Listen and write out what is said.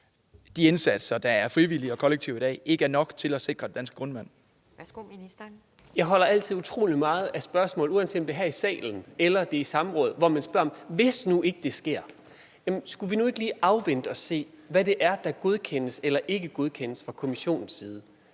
Ministeren. Kl. 14:02 Miljø- og fødevareministeren (Esben Lunde Larsen): Jeg holder altid utrolig meget af spørgsmål, uanset om det er her i salen, eller det er i samråd, hvor man spørger: Hvis nu ikke det sker? Jamen skulle vi nu ikke lige afvente og se, hvad det er, der godkendes eller ikke godkendes fra Kommissionens side.